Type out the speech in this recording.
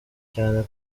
cyane